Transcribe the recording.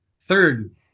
third